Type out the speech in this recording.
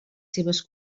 seves